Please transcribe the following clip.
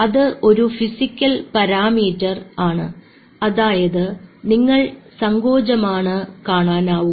അത് ഒരു physical parameter ആണ് അതായത് നിങ്ങൾക്ക് സങ്കോചമാണ് കാണാനാവുക